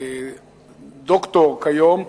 דוקטור כיום,